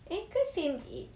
eh ke same age